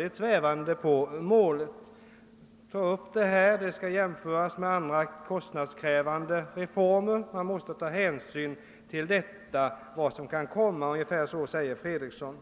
han svävade på målet. En sådan reform skall jämföras med andra kostnadskrävande reformer, och man måste ta hänsyn till vad som kan komma — ungefär så sade herr Fredriksson.